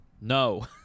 No